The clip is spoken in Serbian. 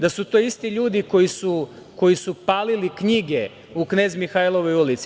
Da su to isti ljudi koji su palili knjige i Knez Mihajlovoj ulici.